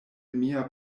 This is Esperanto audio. mia